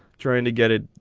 trying to get it.